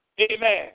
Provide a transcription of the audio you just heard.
Amen